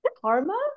karma